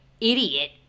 idiot